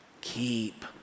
keep